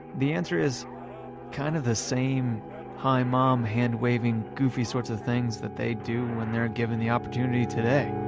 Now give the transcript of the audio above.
the answer is kind of the same hi mom'-hand waving-goofy sorts of things that they do when they're given the opportunity today